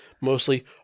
Mostly